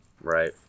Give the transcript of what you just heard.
Right